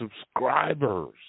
subscribers